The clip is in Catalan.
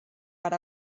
per